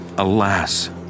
Alas